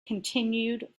continued